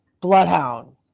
bloodhound